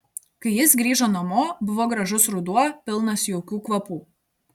kai jis grįžo namo buvo gražus ruduo pilnas jaukių kvapų